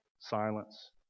silence